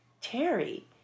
Terry